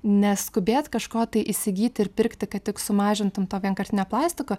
neskubėt kažko tai įsigyti ir pirkti kad tik sumažintum to vienkartinio plastiko